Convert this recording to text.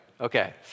Okay